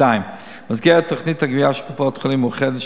2. במסגרת תוכנית הגבייה של קופת-חולים "מאוחדת",